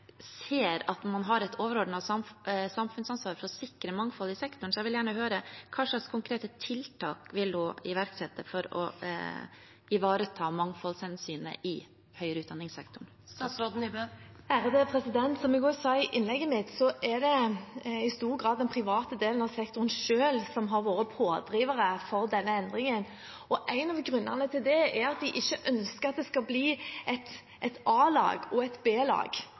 ser at man har et overordnet samfunnsansvar for å sikre mangfold i sektoren, så jeg vil gjerne høre: Hvilke konkrete tiltak vil statsråden iverksette for å ivareta mangfoldshensynet i høyere utdanning-sektoren? Som jeg også sa i innlegget mitt, er det i stor grad den private delen av sektoren selv som har vært pådrivere for denne endringen, og en av grunnene til det er at de ikke ønsker at det skal bli et A-lag og et B-lag i sektoren. Vi skal ha gode offentlige institusjoner, og